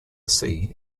sea